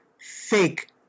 fake